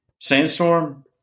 Sandstorm